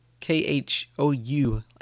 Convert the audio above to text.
KHOU